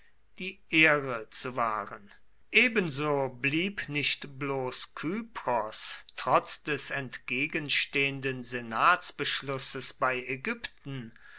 die ehre zu wahren ebenso blieb nicht bloß kypros trotz des entgegenstehenden senatsbeschlusses bei ägypten